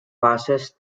passes